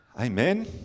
Amen